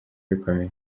bikomeye